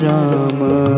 Rama